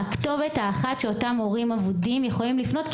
הכתובת האחת שאותם הורים אבודים יכולים לפנות אליה,